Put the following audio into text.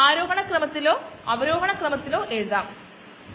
സാധാരണഗതിയിൽ തുടർച്ചയായുള്ള പ്രവർത്തനം കൂടുതൽ ബുദ്ധിമുട്ടാണ്